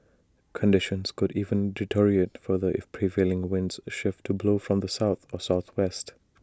conditions could even deteriorate further if prevailing winds shift to blow from the south or southwest